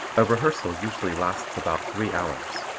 a rehearsal usually lasts about three hours.